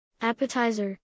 Appetizer